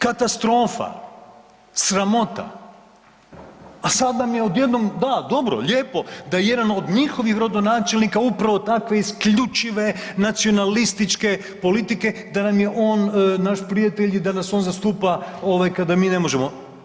Katastrofa, sramota, a sada nam je odjednom da, dobro, lijepo da jedan od njihovih rodonačelnika upravo takve isključive nacionalističke politike da nam je on naš prijatelj i da nas on zastupa kada mi ne možemo.